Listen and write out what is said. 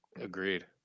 Agreed